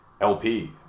LP